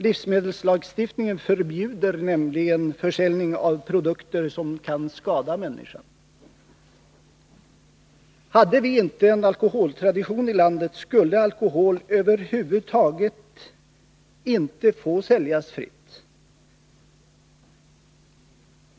Livsmedelslagstiftningen förbjuder nämligen försäljning av produkter som kan skada människan. Hade vi inte en alkoholtradition i landet, skulle alkohol över huvud taget 10 inte få säljas fritt.